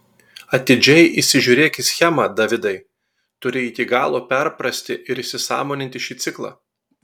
atidžiai įsižiūrėk į schemą davidai turi iki galo perprasti ir įsisąmoninti šį ciklą